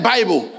Bible